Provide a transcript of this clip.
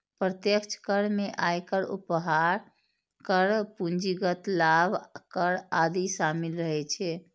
प्रत्यक्ष कर मे आयकर, उपहार कर, पूंजीगत लाभ कर आदि शामिल रहै छै